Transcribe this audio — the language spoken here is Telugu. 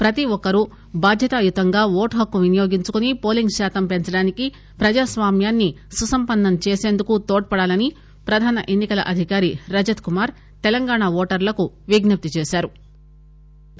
ప్రతిఒక్కరూ బాధ్యతాయుతంగా ఓటుహక్కు వినియోగించుకుని పోలింగ్ శాతం పెంచేందుకు ప్రజాస్వామ్యాన్ని సుసంపన్నం చేసేందుకు తోడ్పడాలని ప్రధాన ఎన్నికల అధికారి రజత్ కుమార్ తెలంగాణ ఓటర్లకు విజ్ఞప్తి చేశారు